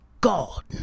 God